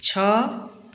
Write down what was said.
ଛଅ